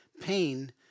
pain